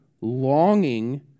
longing